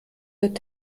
wird